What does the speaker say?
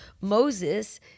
Moses